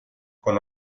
con